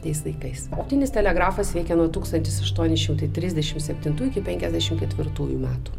tais laikais optinis telegrafas veikė nuo tūkstantis aštuoni šimtai trisdešimt septintų iki penkiasdešimt ketvirtųjų metų